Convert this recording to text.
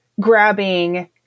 grabbing